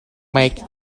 make